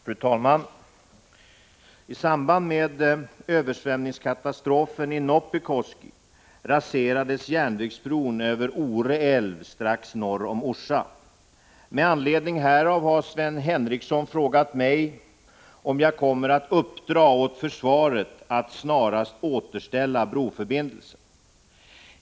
Fru talman! I samband med översvämningskatastrofen i Noppikoski raserades järnvägsbron över Ore älv strax norr om Orsa. Med anledning härav har Sven Henricsson frågat mig om jag kommer att uppdra åt försvaret att snarast återställa broförbindelsen.